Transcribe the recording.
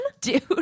Dude